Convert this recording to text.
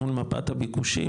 מול מפת הביקושים,